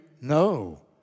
no